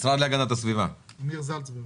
אמיר זלצברג, המשרד להגנת הסביבה, בבקשה.